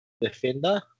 defender